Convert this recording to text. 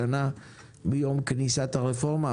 שנה מיום כניסת הרפורמה.